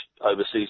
overseas